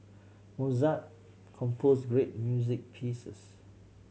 Mozart composed great music pieces